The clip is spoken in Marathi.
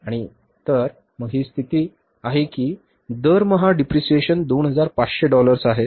आणि तर मग अशी स्थिती आहे की दरमहा घसारा 2500 डॉलर्स आहे